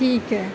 ਠੀਕ ਹੈ